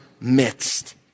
midst